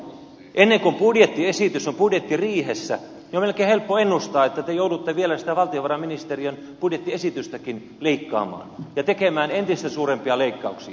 ennen kuin budjettiesitys on budjettiriihessä on melkein helppo ennustaa että te joudutte vielä sitä valtiovarainministeriön budjettiesitystäkin liikkaamaan ja tekemään entistä suurempia leikkauksia